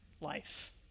life